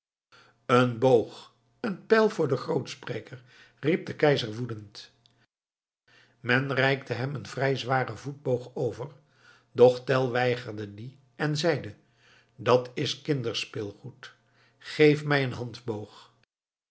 een boog een pijl voor den grootspreker riep de keizer woedend men reikte hem een vrij zwaren voetboog over doch tell weigerde dien en zeide dat is kinderspeelgoed geef mij een